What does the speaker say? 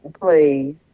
Please